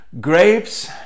grapes